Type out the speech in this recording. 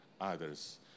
others